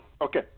Okay